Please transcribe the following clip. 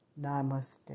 Namaste